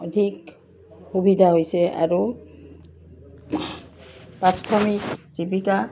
অধিক সুবিধা হৈছে আৰু প্ৰাথমিক জীৱিকা